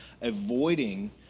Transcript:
avoiding